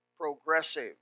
Progressive